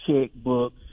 checkbook